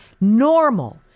normal